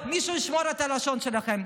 שמישהו ישמור על הלשון שלכם.